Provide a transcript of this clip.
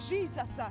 Jesus